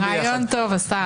רעיון טוב, השר.